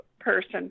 person